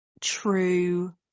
true